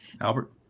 Albert